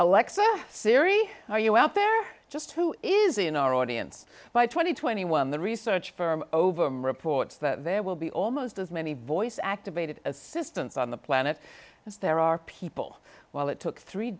alexa siri are you out there just who is in our audience by twenty twenty one the research firm over them reports that there will be almost as many voice activated assistants on the planet as there are people while it took three